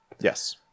Yes